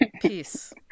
peace